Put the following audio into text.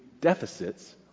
deficits